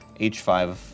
H5